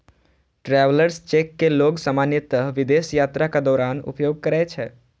travellers cheque कें लोग सामान्यतः विदेश यात्राक दौरान उपयोग करै छै